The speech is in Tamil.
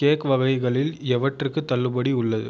கேக் வகைகளில் எவற்றுக்கு தள்ளுபடி உள்ளது